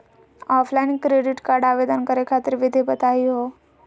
Offline credit card आवेदन करे खातिर विधि बताही हो?